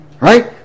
right